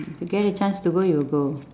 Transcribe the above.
if you get a chance to go you will go